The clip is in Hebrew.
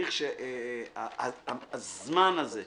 אמרתי שאולי כולנו, שנעשה את זה באמת כמו שצריך.